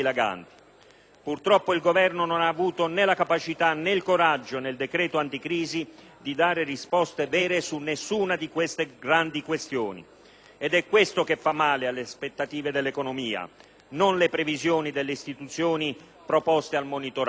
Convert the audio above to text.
Purtroppo, il Governo non ha avuto né la capacità né il coraggio, nel decreto anticrisi, di dare risposte vere su nessuna di queste grandi questioni. Questo è ciò che fa male alle aspettative dell'economia, non le previsioni delle istituzioni preposte al monitoraggio.